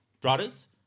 brothers